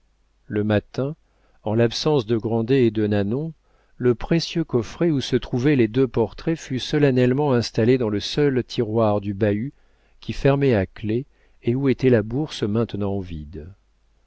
le matin en l'absence de grandet et de nanon le précieux coffret où se trouvaient les deux portraits fut solennellement installé dans le seul tiroir du bahut qui fermait à clef et où était la bourse maintenant vide